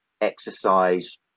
exercise